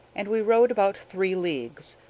and we rowed about three leagues,